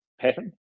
pattern